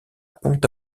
pont